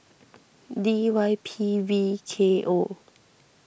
D Y P V K O